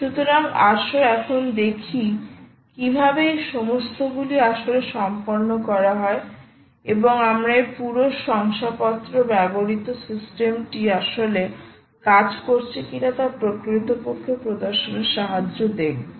সুতরাং আসো এখন দেখি কীভাবে এই সমস্তগুলি আসলে সম্পন্ন করা হয় এবং আমরা এই পুরো শংসাপত্র ব্যবহৃত সিস্টেমটি আসলে কাজ করছে কিনা তা প্রকৃতপক্ষে প্রদর্শনের সাহায্যে দেখব